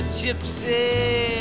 gypsy